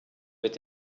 mit